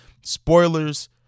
Spoilers